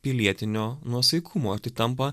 pilietinio nuosaikumo ir tai tampa